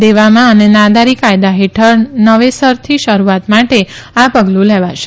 દેવામાં અને નાદારી કાયદા હેઠળ નવેસરતી શરૂઆત માટે આ પગલું લેવાશે